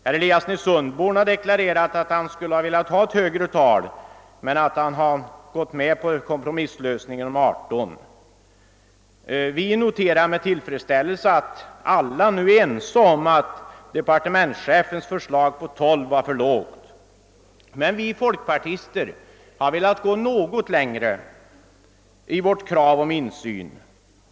Herr Eliasson i Sundborn har deklarerat att han skulle ha velat ha ett högre tal men att han har gått med på 18 som en kompromiss. Vi noterar med tillfredsställelse att alla nu är ense om att 12, som departementschefen har föreslagit, är ett för lågt antal. Vi folkpartister har emellertid gått något längre i vårt krav på insyn.